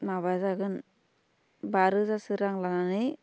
माबा जागोन बा रोजासो रां लानानै